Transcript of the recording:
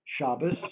Shabbos